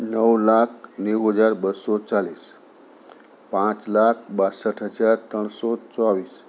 નવ લાખ નેવું હજાર બસો ચાલીસ પાંચ લાખ બાસઠ હજાર ત્રણસો ચોવીસ